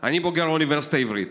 אני בוגר האוניברסיטה העברית,